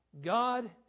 God